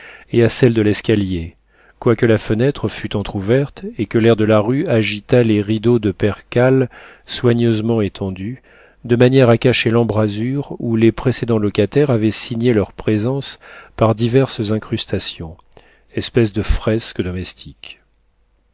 et à celles de l'escalier quoique la fenêtre fût entr'ouverte et que l'air de la rue agitât les rideaux de percale soigneusement étendus de manière à cacher l'embrasure où les précédents locataires avaient signé leur présence par diverses incrustations espèces de fresques domestiques